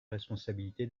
responsabilité